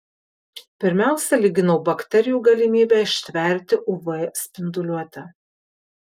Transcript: pirmiausia lyginau bakterijų galimybę ištverti uv spinduliuotę